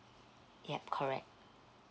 yup correct